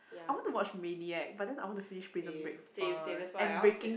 I want to watch Maniac but then I want to finish Prison Break first and Breaking